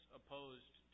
opposed